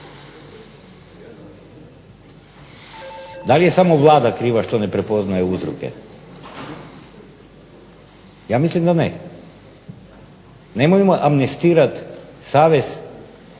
Da li je samo Vlada kriva što ne prepoznaje uzroke? Ja mislim da ne. Nemojmo amnestirat savez